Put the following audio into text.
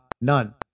None